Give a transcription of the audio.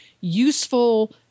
useful